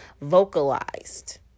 vocalized